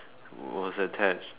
was attached